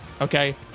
okay